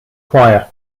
choir